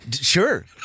sure